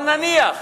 אבל נניח,